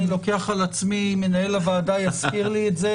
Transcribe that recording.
אני לוקח על עצמי מנהל הוועדה יזכיר לי את זה